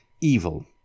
evil